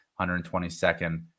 122nd